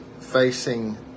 facing